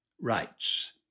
rights